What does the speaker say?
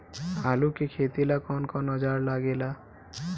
आलू के खेती ला कौन कौन औजार लागे ला?